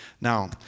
Now